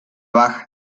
baja